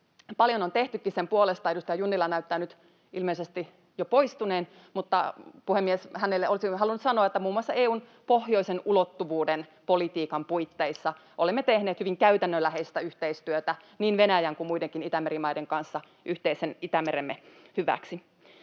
Paljon on tehtykin sen puolesta. Edustaja Junnila näyttää nyt ilmeisesti jo poistuneen, mutta, puhemies, hänelle olisin halunnut sanoa, että muun muassa EU:n pohjoisen ulottuvuuden politiikan puitteissa olemme tehneet hyvin käytännönläheistä yhteistyötä niin Venäjän kuin muidenkin Itämeri-maiden kanssa yhteisen Itämeremme hyväksi.